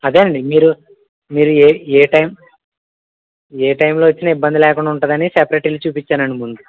అదే అండి మీరు మీరు ఏ ఏ టైం ఏ టైంలో వచ్చిన ఇబ్బంది లేకుండా ఉంటుందని సపరేట్ ఇల్లు చూపించానండి ముందు